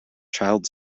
child